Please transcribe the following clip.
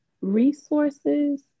resources